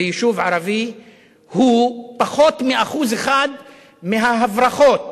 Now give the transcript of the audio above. ביישוב ערבי הוא פחות מ-1% מההברחות